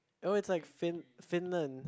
oh it's like fin~ Finland